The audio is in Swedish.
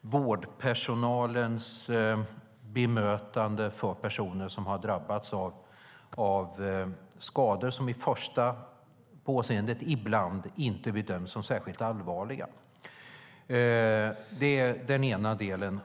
vårdpersonalens bemötande av personer som har drabbats av skador som vid första påseendet ibland inte bedöms som särskilt allvarliga. Det är den ena delen.